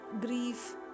grief